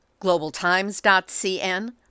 GlobalTimes.cn